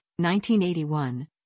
1981